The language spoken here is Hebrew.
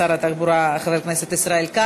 תודה רבה לשר התחבורה חבר הכנסת ישראל כץ.